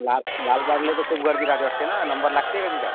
लाल लालबागला तर खूप गर्दी राहते वाटते ना नंबर लागते का तिथं